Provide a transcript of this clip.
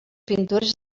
pintures